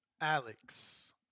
Alex